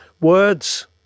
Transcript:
words